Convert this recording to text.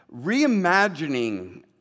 reimagining